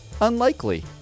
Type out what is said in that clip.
unlikely